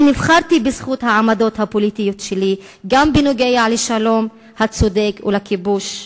אני נבחרתי בזכות העמדות הפוליטיות שלי גם בנוגע לשלום הצודק ולכיבוש,